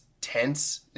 tense